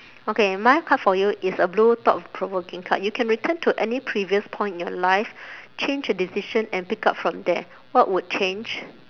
okay my card for you is a blue thought provoking card you can return to any previous point in your life change a decision and pick up from there what would change